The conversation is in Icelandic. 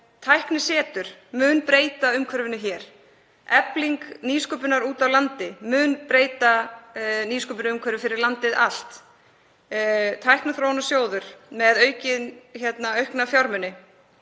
Tæknisetur mun breyta umhverfinu hér. Efling nýsköpunar úti á landi mun breyta nýsköpunarumhverfi fyrir landið allt. Tækniþróunarsjóður með aukna fjármuni